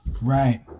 Right